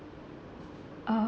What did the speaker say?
uh